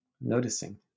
noticing